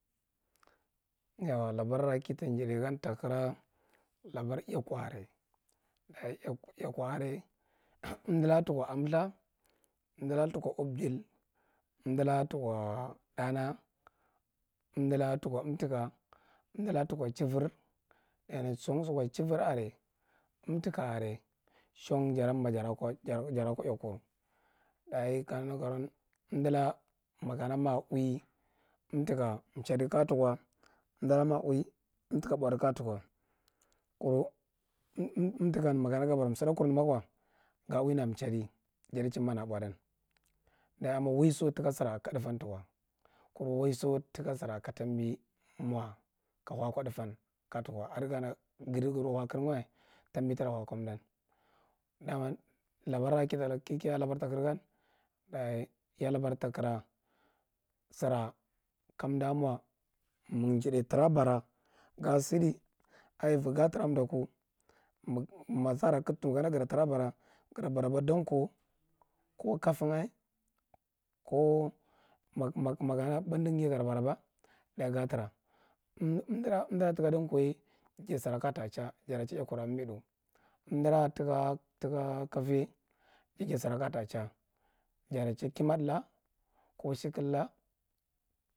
labara kita jidah gan takara labara ikowara daye ikoware umdu laka tuko anthiah umdu laka tuko ubjil, umdu laka tuko thama umdu laka tuko umtika, umdu laka tuko chivir, thayene shan suko chivir are umtika are shan jaranma jarko ikow daye kameghi nankaruwan umdu laka makana ma uwi umtike chadi kaja tuko, undu laka ma uwi umtika bowdi kajatuko, kura umjikan makama gabara sudda kurnenaka ga uwi na chadi jati junbana bow di yan, daye amma waujo tika sirra ka thufan tuko kur waiso tika sira katambi no ka havaƙo thufan kajatu adi kana gahiru akkirghiwa tambi taruwa kathmdan, dama labara kiya labar takra gan, takra sira majidai tra bara ga sidi avi ga tra dakku, ma sara katuk karbara ga bara ba danko, ko kafiga, ko nak mak makana bundukunye gata baraba gatra umdura jika dankoye jadi sira kaja ta cha ikura mimidu, umdura tika kafiya jadi bira kajata cha, jata change kimbatula jata chaye shekel la.